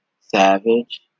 Savage